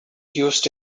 used